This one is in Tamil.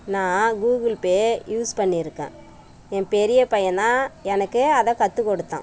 நான் கூகுள் பே யூஸ் பண்ணிஇருக்கேன் ஏன் பெரிய பையன் தான் எனக்கு அதை கற்றுக் கொடுத்தான்